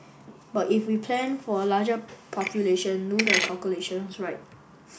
but if we plan for a larger population do the calculations right